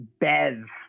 Bev